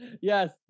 yes